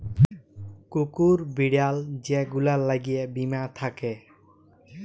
কুকুর, বিড়াল যে গুলার ল্যাগে বীমা থ্যাকে